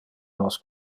nos